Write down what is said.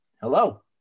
Hello